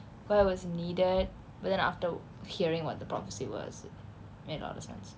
what was needed but then after hearing what the prophecy was made a lot of sense